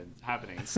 happening